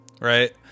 right